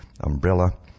umbrella